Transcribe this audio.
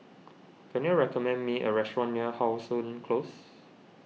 can you recommend me a restaurant near How Sun Close